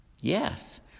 Yes